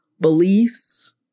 beliefs